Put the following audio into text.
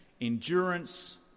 endurance